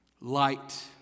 light